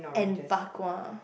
and bak-kwa